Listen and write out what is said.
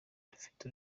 dufite